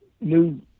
new